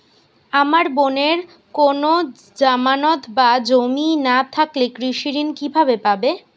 আমার বোনের কোন জামানত বা জমি না থাকলে কৃষি ঋণ কিভাবে পাবে?